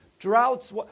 Droughts